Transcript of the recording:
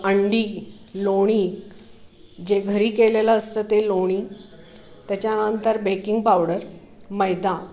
अंडी लोणी जे घरी केलेलं असतं ते लोणी त्याच्यानंतर बेकिंग पावडर मैदा